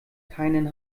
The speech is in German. keinen